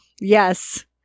yes